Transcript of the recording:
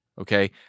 Okay